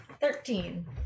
Thirteen